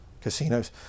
casinos